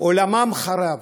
עולמם חרב,